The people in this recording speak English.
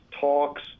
talks